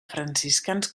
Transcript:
franciscans